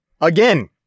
Again